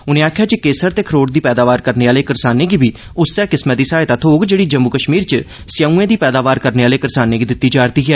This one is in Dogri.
उनें आखेआ जे केसर ते खरोट दी पैदावार करने आहले करसानें गी बी उस्सै किस्मै दी सहायता थ्होग जेहड़ी जम्मू कश्मीर च सेउए दी पैदावार करने आहले करसाने गी दित्ती जा'रदी ऐ